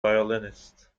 violinist